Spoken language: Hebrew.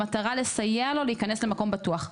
במטרה לסייע לו להיכנס למקום בטוח.